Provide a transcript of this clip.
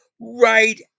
right